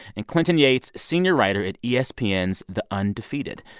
and clinton yates, senior writer at yeah espn's the undefeated.